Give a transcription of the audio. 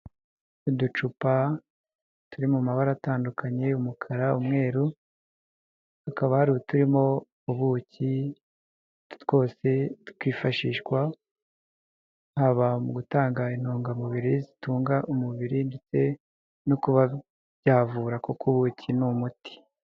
Uducupa turi mu mabara atandukanye umukara, umweru, hakaba hari uturimo ubuki, twose twifashishwa haba mu gutanga intungamubiri zitunga umubiri, ndetse no kuba byavura kuko ubuki ni umuti.